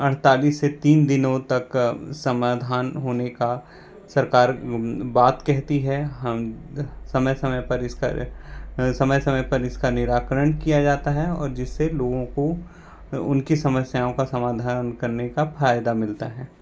अड़तालिस से तीन दिनों तक का समाधान होने का सरकार बात कहती है हम समय समय पर इसका समय समय पर इसका निराकरण किया जाता है और जिस से लोगों को उनकी समस्याओं का समाधान करने का फ़ायदा मिलता है